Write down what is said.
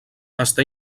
està